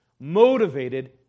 motivated